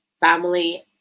family